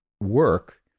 work